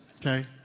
Okay